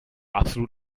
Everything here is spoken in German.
absolut